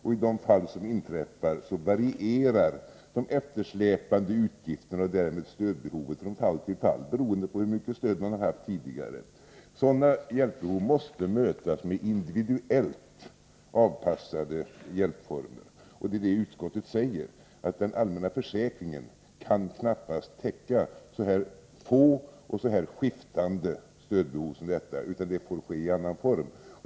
I de fall som inträffar varierar de eftersläpande utgifterna och därmed stödbehoven från fall till fall, beroende på hur stort stödet har varit tidigare. Sådana hjälpbehov måste mötas med individuellt avpassade hjälpformer. Utskottet förklarar också att den allmänna försäkringen knappast kan täcka sådana här få och skiftande stödbehov. Det får ske i annan form.